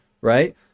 right